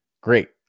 Great